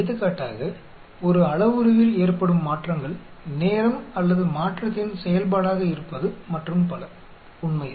எடுத்துக்காட்டாக ஒரு அளவுருவில் ஏற்படும் மாற்றங்கள் நேரம் அல்லது மாற்றத்தின் செயல்பாடாக இருப்பது மற்றும் பல உண்மையில்